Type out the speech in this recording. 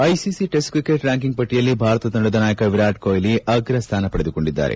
ICC test cricket ranking ಪಟ್ಟಿಯಲ್ಲಿ ಭಾರತ ತಂಡದ ನಾಯಕ ವಿರಾಟ್ ಕೊಟ್ಲಿ ಅಗ್ರಸ್ಥಾನ ಪಡೆದುಕೊಂಡಿದ್ದಾರೆ